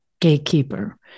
gatekeeper